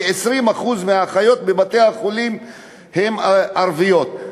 כ-20% מהאחיות בבתי-החולים הן ערביות.